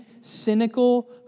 cynical